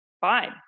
fine